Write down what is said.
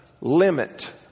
limit